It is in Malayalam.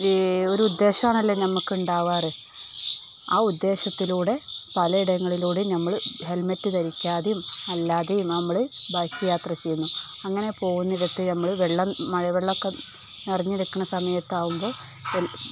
ഈയൊരു ഉദ്ദേശമാണല്ലോ നമുക്കുണ്ടാകാറ് ആ ഉദ്ദേശത്തില് പലയിടങ്ങളിലൂടെ നമ്മള് ഹെൽമെറ്റ് ധരിച്ചും അല്ലാതെയും നമ്മള് ബൈക്ക് യാത്ര ചെയ്യുന്നു അങ്ങനെ പോകുന്നയിടത്ത് നമ്മള് വെള്ളം മഴവെള്ളമൊക്കെ നിറഞ്ഞിരിക്കുന്ന സമയത്താകുമ്പോള്